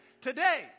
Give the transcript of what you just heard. Today